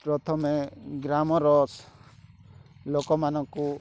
ପ୍ରଥମେ ଗ୍ରାମର ଲୋକମାନଙ୍କୁ